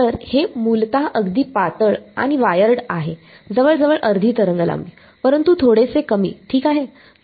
तर हे मूलत अगदी पातळ आणि वायर्ड आहे जवळजवळ अर्धी तरंगलांबी परंतु थोडेसे कमी ठीक आहे